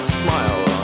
smile